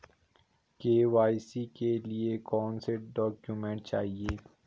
KYC के लिए कौनसे डॉक्यूमेंट चाहिये?